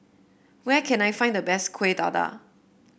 where can I find the best Kueh Dadar